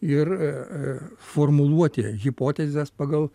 ir formuluoti hipotezes pagal